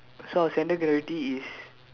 so our centre of gravity is